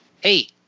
hey